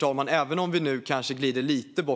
Jag måste, även om vi nu kanske glider bort